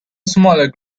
smaller